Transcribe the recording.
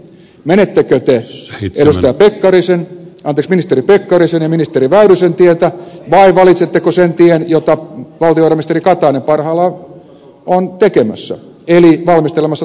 menettekö te ministeri pekkarisen ja ministeri väyrysen tietä vai valitsetteko sen tien jota valtiovarainministeri katainen parhaillaan on tekemässä eli valmistelemassa takausvastuiden nostoa